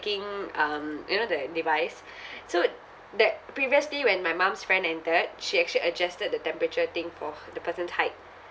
um you know the device so the previously when my mum's friend entered she actually adjusted the temperature thing for h~ the person's height